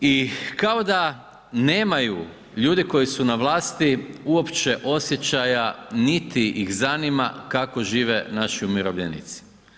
I kao da nemaju ljudi koji su na vlasti uopće osjećaja niti ih zanima kako žive naši umirovljenici.